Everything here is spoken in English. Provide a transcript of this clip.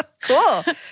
Cool